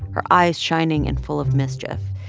her eyes shining and full of mischief,